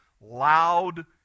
loud